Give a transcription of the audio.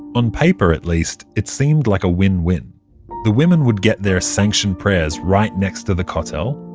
on paper, at least, it seemed like a win-win the women would get their sanctioned prayers right next to the kotel,